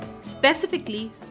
specifically